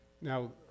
now